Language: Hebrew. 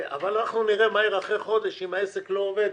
אבל אנחנו נראה אחרי חודש שאם העסק לא עובד,